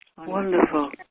Wonderful